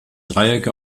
dreiecke